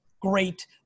great